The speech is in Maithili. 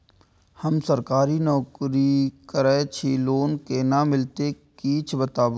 हम सरकारी नौकरी करै छी लोन केना मिलते कीछ बताबु?